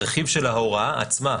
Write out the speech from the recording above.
הרכיב של ההוראה עצמה,